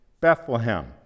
Bethlehem